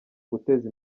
guteza